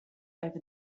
over